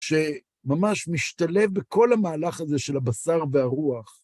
שממש משתלב בכל המהלך הזה של הבשר והרוח.